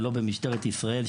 ולא במשטרת ישראל,